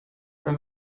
men